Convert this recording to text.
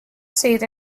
seat